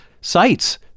sites